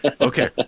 Okay